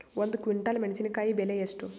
ಒಂದು ಕ್ವಿಂಟಾಲ್ ಮೆಣಸಿನಕಾಯಿ ಬೆಲೆ ಎಷ್ಟು?